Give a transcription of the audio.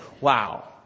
wow